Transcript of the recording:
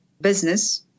business